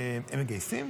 הם מגייסים?